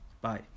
bye